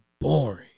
boring